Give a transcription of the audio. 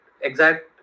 exact